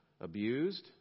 abused